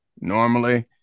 normally